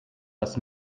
das